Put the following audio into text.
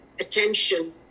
Attention